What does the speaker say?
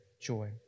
joy